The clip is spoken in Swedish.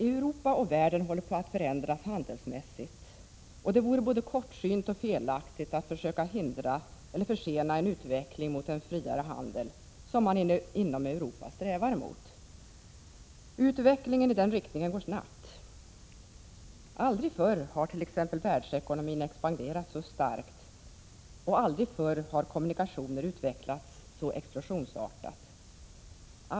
Europa och världen håller på att förändras handelsmässigt, och det vore både kortsynt och felaktigt att försöka hindra eller försena en utveckling mot en friare handel, som man inom Europa strävar mot. Utvecklingen i den riktningen går snabbt. Aldrig förr har t.ex. världsekonomin expanderat så starkt, och aldrig förr har kommunikationer utvecklats så explosionsartat.